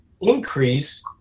increase